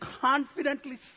confidently